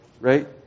right